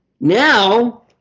now